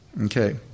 Okay